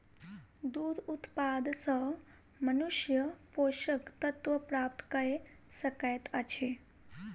दूध उत्पाद सॅ मनुष्य पोषक तत्व प्राप्त कय सकैत अछि